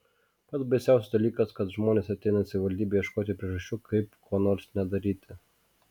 pats baisiausias dalykas kad žmonės ateina į savivaldybę ieškoti priežasčių kaip ko nors nedaryti